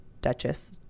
duchess